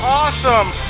awesome